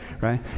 right